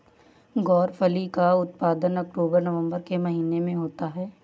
ग्वारफली का उत्पादन अक्टूबर नवंबर के महीने में होता है